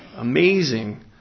amazing